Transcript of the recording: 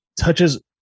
touches